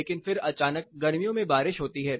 लेकिन फिर अचानक गर्मियों में बारिश होती है